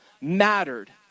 mattered